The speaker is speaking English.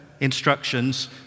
Instructions